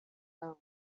alone